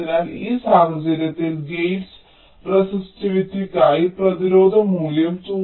അതിനാൽ ഈ സാഹചര്യത്തിൽ ഗേറ്റ്സ് റെസിസ്റ്റീവിറ്റിക്കായി പ്രതിരോധ മൂല്യം 2